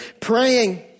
praying